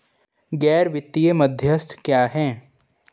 गैर वित्तीय मध्यस्थ क्या हैं?